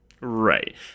Right